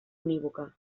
unívoca